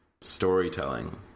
storytelling